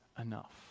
enough